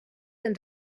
del